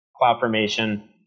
CloudFormation